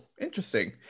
interesting